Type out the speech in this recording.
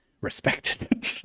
respected